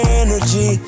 energy